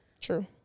true